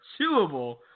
chewable